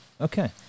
Okay